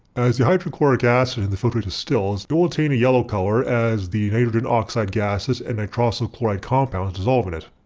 as the hydrochloric acid in the filtrate distills, it will attain a yellow color as the nitrogen oxides gases and nitrosyl chloride compounds dissolve in it.